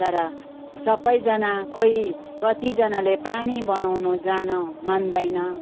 तर सबैजना कोही कतिजनाले पानी बनाउनु जान मान्दैन